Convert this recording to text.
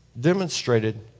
demonstrated